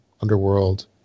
Underworld